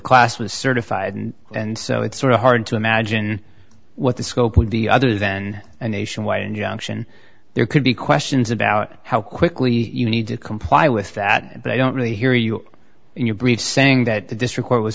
class was certified and so it's sort of hard to imagine what the scope would be other than a nationwide injunction there could be questions about how quickly you need to comply with that but i don't really hear you in your briefs saying that the district